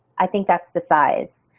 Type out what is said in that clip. i think that's the size.